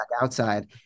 outside